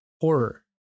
horror